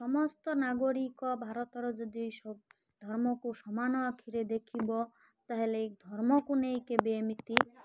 ସମସ୍ତ ନାଗରିକ ଭାରତର ଯଦି ସବ ଧର୍ମକୁ ସମାନ ଆଖିରେ ଦେଖିବ ତାହେଲେ ଧର୍ମକୁ ନେଇ କେବେ ଏମିତି